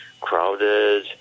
crowded